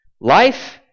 Life